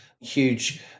huge